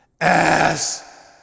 ass